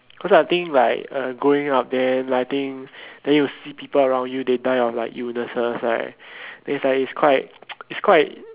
cause I think like uh growing up then I think then you see people around you they die of like illnesses right then its like its quite its quite